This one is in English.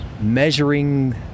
measuring